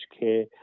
care